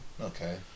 Okay